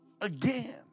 again